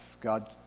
God